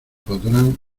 pondrán